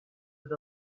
with